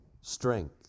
strength